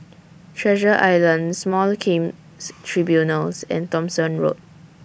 Treasure Island Small Claims Tribunals and Thomson Road